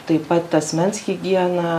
taip pat asmens higiena